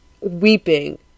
weeping